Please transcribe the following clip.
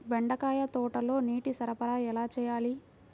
బెండకాయ తోటలో నీటి సరఫరా ఎలా చేయాలి?